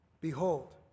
behold